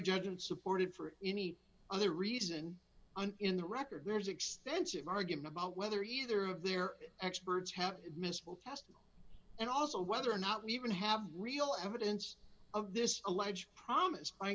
judgment supported for any other reason and in the record there's extensive argument about whether either of their experts have missed will test and also whether or not we even have real evidence of this alleged promise i